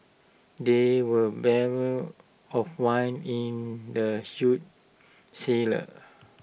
there were barrels of wine in the huge cellar